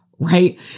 right